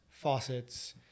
faucets